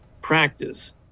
practice